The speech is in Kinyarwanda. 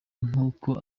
nk’uko